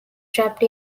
trapped